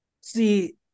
See